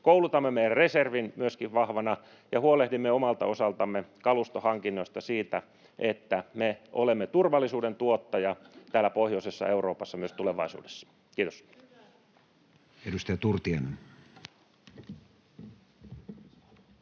koulutamme meidän reservimme myöskin vahvana ja huolehdimme omalta osaltamme kalustohankinnoista ja siitä, että me olemme turvallisuuden tuottaja täällä pohjoisessa Euroopassa myös tulevaisuudessa. — Kiitos. [Vasemmalta: